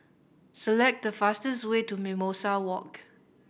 select the fastest way to Mimosa Walk